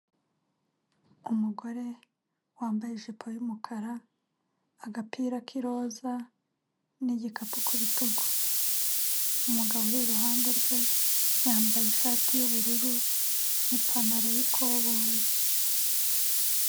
Umugore wambaye ijipo y'umukara, agapira k'iroza n'igikapu ku bitugu, umugabo uri iruhande rwe, yambaye ishati y'ubururu n'ipantaro y'ikoboyi.